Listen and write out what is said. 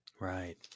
Right